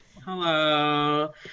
Hello